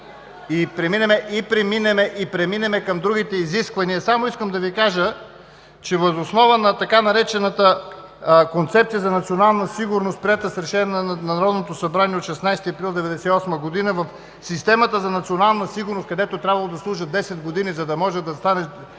и преминем към другите изисквания, само искам да Ви кажа, че въз основа на така наречената Концепция за национална сигурност, приета с Решение на Народното събрание от 16 април 1998 г., в системата за национална сигурност, където е трябвало да служат 10 години, за да може да станеш